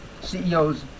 CEOs